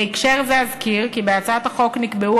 בהקשר זה אזכיר כי בהצעת החוק נקבעו